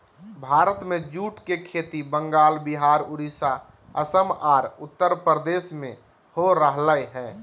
भारत में जूट के खेती बंगाल, विहार, उड़ीसा, असम आर उत्तरप्रदेश में हो रहल हई